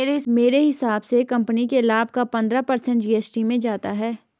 मेरे हिसाब से कंपनी के लाभ का पंद्रह पर्सेंट जी.एस.टी में जाता है